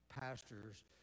pastors